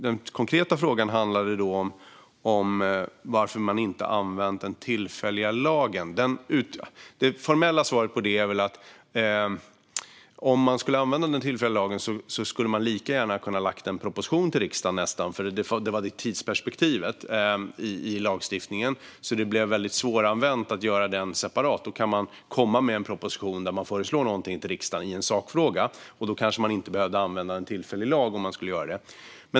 Den konkreta frågan handlade om varför man inte har använt den tillfälliga lagen. Det formella svaret är väl att om man skulle använda den tillfälliga lagen hade man lika gärna kunnat lägga fram en proposition till riksdagen. Det var det tidsperspektivet i lagstiftningen. Det blev svåranvänt att stifta den lagen separat. Då kan man lägga fram en proposition för riksdagen med ett förslag i en sakfråga, och då hade man inte behövt använda en tillfällig lag.